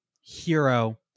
hero